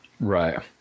Right